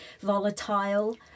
volatile